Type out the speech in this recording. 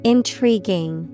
Intriguing